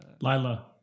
lila